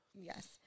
yes